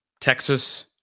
Texas